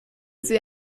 sie